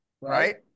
right